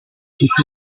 tutto